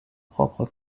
propre